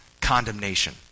condemnation